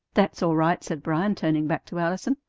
that's all right, said bryan, turning back to allison.